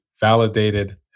validated